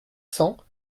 cents